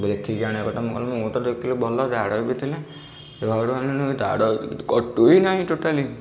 ଦେଖିକି ଆଣିବା କଥା ମୁଁ କହିଲି ମୁଁ ତ ଦେଖିଥିଲି ଭଲ ଦାଢ଼ ବି ଥିଲା ଘରୁ ଆଣିଲି ଦାଢ଼ କଟୁ ହିଁ ନାହିଁ ଟୋଟାଲି